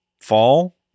fall